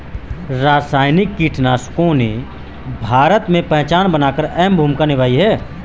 रासायनिक कीटनाशकों ने भारत में पहचान बनाकर अहम भूमिका निभाई है